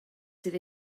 sydd